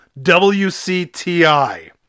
WCTI